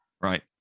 Right